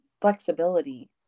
flexibility